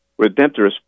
redemptorist